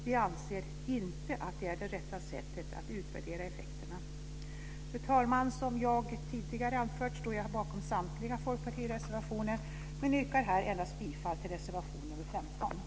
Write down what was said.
Vi anser inte att det är det rätta sättet att utvärdera effekterna. Fru talman! Som jag tidigare har anfört står jag bakom samtliga folkpartireservationer, men jag yrkar här endast bifall till reservation 15.